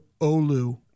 Olu